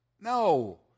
No